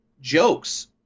jokes